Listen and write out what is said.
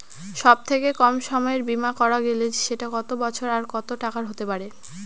সব থেকে কম সময়ের বীমা করা গেলে সেটা কত বছর আর কত টাকার হতে পারে?